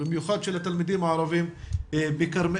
אבל במיוחד של התלמידים הערבים בכרמיאל,